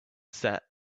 sat